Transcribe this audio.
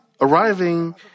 arriving